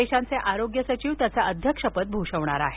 देशाचे आरोग्य सचिव त्याचे अध्यक्षपद भूषविणार आहेत